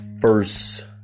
first